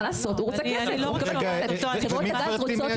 מה לעשות, הוא רוצה כסף.